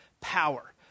power